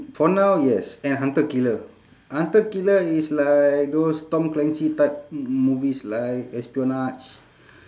for now yes and hunter killer hunter killer is like those tom clancy type m~ movies like espionage